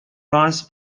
runs